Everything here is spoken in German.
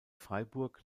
freiburg